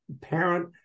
parent